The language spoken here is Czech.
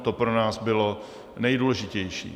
To pro nás bylo nejdůležitější.